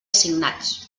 assignats